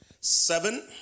seven